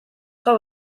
hau